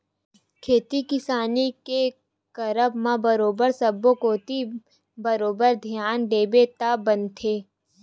खेती किसानी के करब म बरोबर सब्बो कोती बरोबर धियान देबे तब बनथे